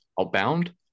outbound